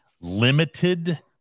limited